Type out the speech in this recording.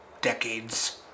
decades